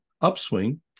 upswing